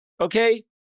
Okay